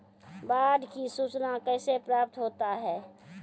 बाढ की सुचना कैसे प्राप्त होता हैं?